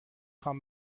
خوام